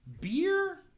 Beer